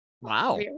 wow